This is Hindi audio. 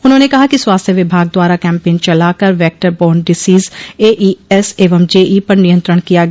उन्होंने कहा कि स्वास्थ्य विभाग द्वारा कैम्पेन चलाकर वेक्टर बार्न डिसोज एईएस एवं जेई पर नियंत्रण किया गया